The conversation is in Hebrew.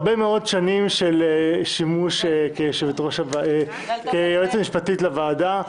הרבה מזל טוב ליועצת המשפטית של הוועדה,